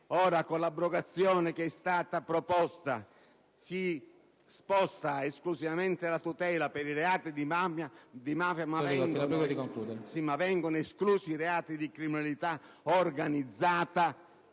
Ora, con l'abrogazione che è stata proposta, si sposta esclusivamente alla tutela per i reati di mafia, ma vengono esclusi i reati di criminalità organizzata,